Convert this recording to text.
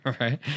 Right